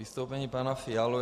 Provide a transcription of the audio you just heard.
K vystoupení pana Fialy.